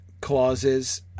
clauses